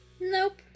Nope